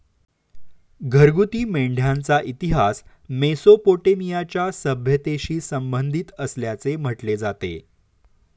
घरगुती मेंढ्यांचा इतिहास मेसोपोटेमियाच्या सभ्यतेशी संबंधित असल्याचे म्हटले जाते